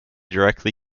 directly